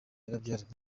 yarabyaranye